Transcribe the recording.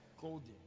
Golden